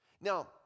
Now